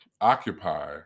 occupy